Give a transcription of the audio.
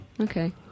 Okay